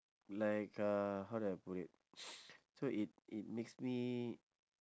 like uh how do I put it so it it makes me